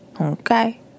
Okay